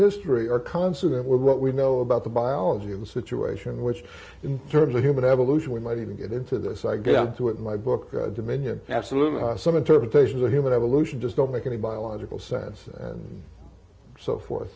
history are consonant with what we know about the biology of the situation which in terms of human evolution we might even get into this i get to it in my book dominion absolutely some interpretations of human evolution just don't make any biological sense and so forth